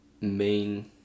main